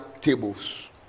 tables